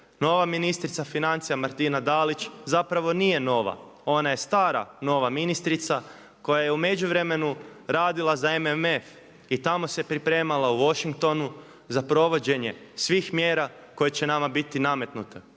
Nova ministrica financija Martina Dalić zapravo nije nova. Ona je stara nova ministrica koja je u međuvremenu radila za MMF i tamo se pripremala u Washingtonu za provođenje svih mjera koje će nama biti nametnute